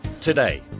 today